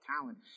talent